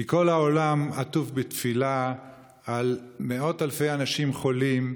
כי כל העולם עטוף בתפילה על מאות אלפי אנשים חולים.